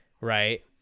Right